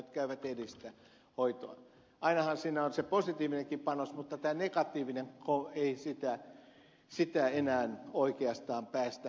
ainahan siinä on se positiivinenkin panos mutta tämä negatiivinen ei sitä enää oikeastaan päästä näkyviin